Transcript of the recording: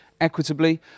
equitably